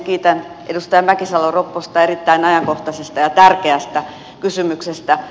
kiitän edustaja mäkisalo ropposta erittäin ajankohtaisesta ja tärkeästä kysymyksestä